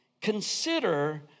consider